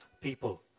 People